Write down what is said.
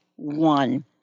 One